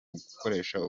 gukoresha